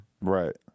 Right